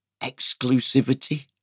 exclusivity